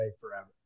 forever